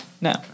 No